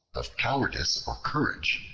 of cowardice or courage,